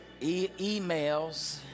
emails